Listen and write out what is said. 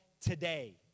today